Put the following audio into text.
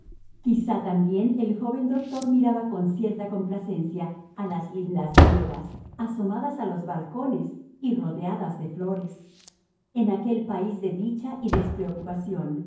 quizá también el joven doctor miraba con cierta complacencia a las lindas griegas asomadas a los balcones y rodeadas de flores en aquel país de dicha y despreocupación